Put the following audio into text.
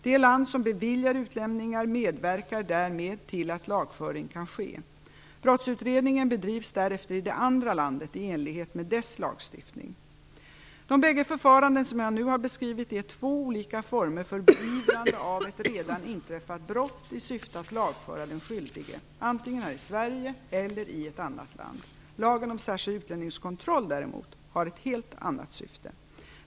Det land som beviljar utlämning medverkar därmed till att lagföring kan ske. Brottsutredningen bedrivs därefter i det andra landet i enlighet med dess lagstiftning. De bägge förfaranden som jag nu har beskrivit är två olika former för beivrande av ett redan inträffat brott i syfte att lagföra den skyldige, antingen här i Sverige eller i ett annat land. Lagen om särskild utlänningskontroll däremot har ett helt annat syfte.